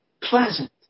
Pleasant